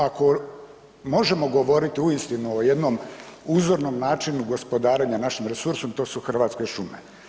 Ako možemo govoriti uistinu o jednom uzornom načinu gospodarenja našim resursom, to su hrvatske šume.